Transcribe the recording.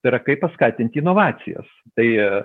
tai yra kaip paskatinti inovacijas tai